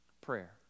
Prayer